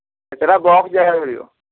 କେତୋଟି ବକ୍ସ ଜାଗା ଧରିବ